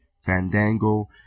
fandango